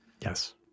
Yes